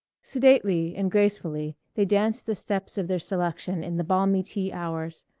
sedately and gracefully they danced the steps of their selection in the balmy tea hours,